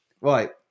Right